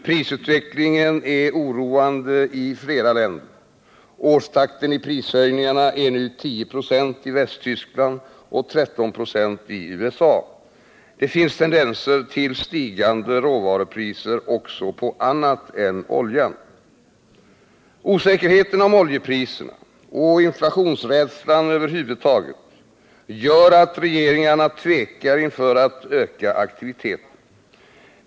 Prisutvecklingen är oroande i flera länder. Årstakten i prishöjningarna är nu 10 96 i Västtyskland och 13 96 i USA. Det finns tendenser till stigande råvarupriser också på annat än oljan. Osäkerheten om oljepriserna och inflationsrädslan över huvud taget, gör att regeringarna tvekar inför att öka aktiviteten.